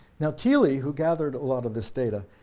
now keeley, who gathered a lot of this data,